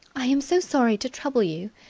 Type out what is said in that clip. i am so sorry to trouble you,